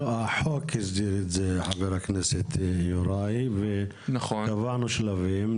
לא, החוק הסדיר את זה חה"כ יוראי, וקבענו שלבים.